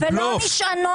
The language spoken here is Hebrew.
זה בלוף.